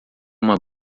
uma